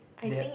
their